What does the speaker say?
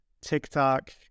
TikTok